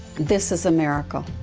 this is a miracle.